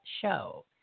show